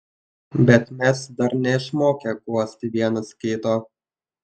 bet mes dar neišmokę guosti vienas kito